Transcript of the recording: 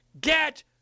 get